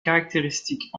caractéristiques